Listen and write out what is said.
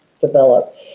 develop